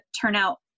turnout